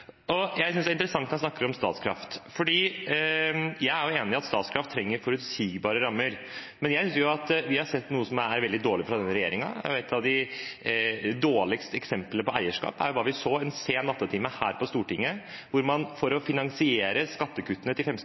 Jeg synes det er interessant når han snakker om Statkraft, for jeg er enig i at Statkraft trenger forutsigbare rammer. Men jeg husker at vi så noe som var veldig dårlig fra denne regjeringen – et av de dårligste eksemplene på eierskap – en sen nattetime her på Stortinget. For å finansiere